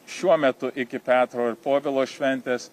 šiuo metu iki petro ir povilo šventės